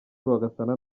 rwagasana